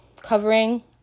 covering